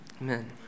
Amen